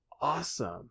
awesome